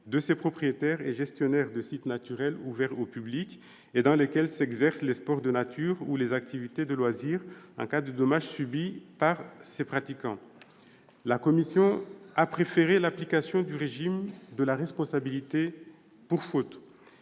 de ces propriétaires et gestionnaires de sites naturels ouverts au public et dans lesquels s'exercent les sports de nature ou les activités de loisir, en cas de dommages subis par leurs pratiquants. La commission a préféré l'application du régime de la responsabilité pour faute.